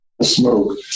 smoke